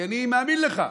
כי אני מאמין לך,